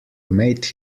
made